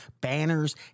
banners